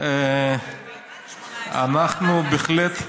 אנחנו בהחלט,